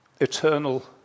eternal